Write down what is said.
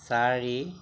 চাৰি